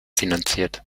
finanziert